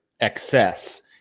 excess